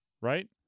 right